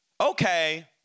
okay